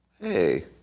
hey